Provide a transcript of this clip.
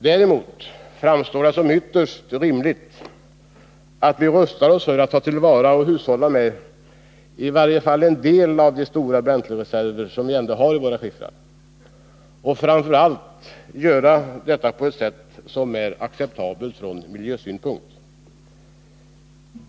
Däremot framstår det som ytterst rimligt att vi rustar oss för att ta till vara och hushålla med i varje fall en del av de stora bränslereserver som vi ändå har i våra skiffrar och framför allt att vi gör detta på ett sätt som är acceptabelt från miljösynpunkt.